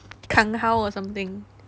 kang haoh or something